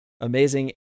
amazing